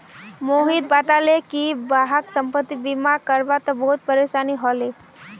मोहित बताले कि वहाक संपति बीमा करवा त बहुत परेशानी ह ले